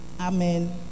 Amen